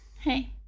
Hey